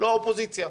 לא מהאופוזיציה.